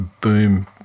boom